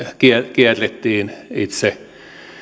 kierrettiin itse